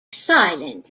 silent